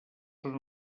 són